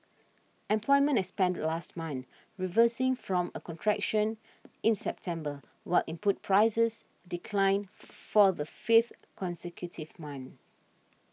employment expanded last month reversing from a contraction in September while input prices declined for the fifth consecutive month